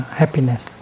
happiness